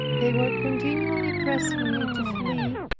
they were continually pressing me to flee,